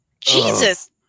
Jesus